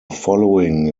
following